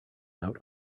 out